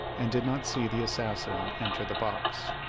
and did not see the assassin enter the box.